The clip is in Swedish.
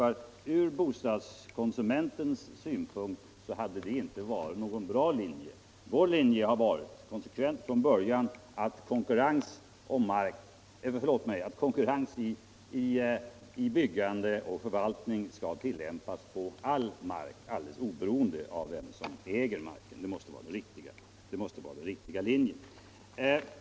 Från bostadskonsumentens synpunkt är detta som sagt inte någon bra linje. Vår linje har varit konsekvent från början, att konkurrens i byggande och förvaltning skall tillämpas på all mark alldeles oberoende av vem som äger marken. Det måste vara den riktiga linjen.